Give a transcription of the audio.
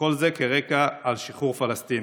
וכל זה כרקע לשחרור פלסטין.